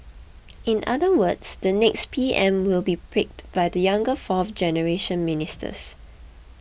in other words the next P M will be picked by the younger fourth generation ministers